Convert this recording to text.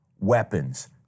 weapons